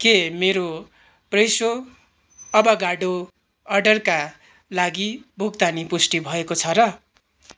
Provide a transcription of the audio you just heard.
के मेरो Fresho avocado अर्डरका लागि भुक्तानी पुष्टि भएको छ र